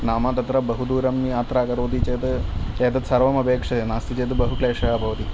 नाम तत्र बहुदूरं यात्रा करोति चेत् एतत् सर्वम् अपेक्षते नास्ति चेत् बहु क्लेशः भवति